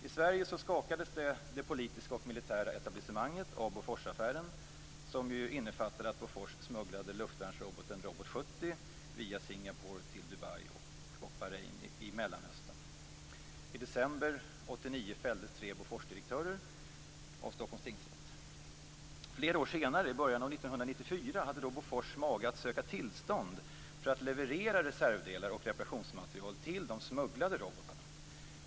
I Sverige skakades det politiska och militära etablissemanget av Boforsaffären, som ju innefattade att Flera år senare, i början av 1994, hade sedan Bofors mage att söka tillstånd för att leverera reservdelar och reparationsmateriel till de utsmugglade robotarna.